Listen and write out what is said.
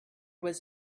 was